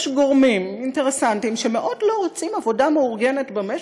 יש גורמים אינטרסנטיים שמאוד לא רוצים עבודה מאורגנת במשק,